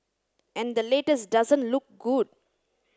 and the latest doesn't look good